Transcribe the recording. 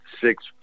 Six